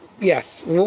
Yes